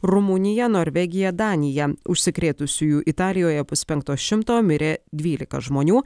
rumunija norvegija danija užsikrėtusiųjų italijoje puspenkto šimto mirė dvylika žmonių